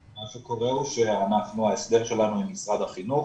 מה שקורה הוא, שההסדר שלנו עם משרד החינוך